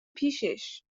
پیشش